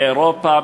באירופה,